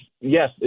yes